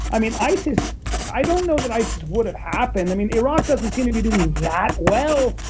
i mean isis i don't know that isis would have happened i mean iraq doesn't seem to be doing that well,